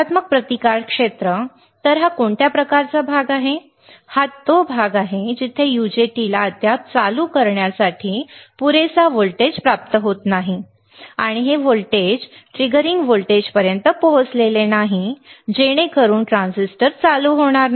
नकारात्मक प्रतिकार क्षेत्र तर हा कोणत्या प्रकारचा प्रदेश आहे हा तो प्रदेश आहे जिथे UJT ला अद्याप चालू करण्यासाठी पुरेसा व्होल्टेज प्राप्त होत नाही आणि हे व्होल्टेज ट्रिगरिंग व्होल्टेजपर्यंत पोहोचले नाही जेणेकरून ट्रान्झिस्टर चालू होणार नाही